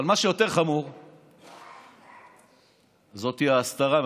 אבל מה שיותר חמור זאת ההסתרה.